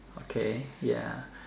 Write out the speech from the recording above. okay ya